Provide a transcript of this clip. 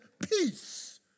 Peace